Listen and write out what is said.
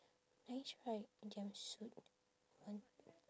nice right jumpsuit un~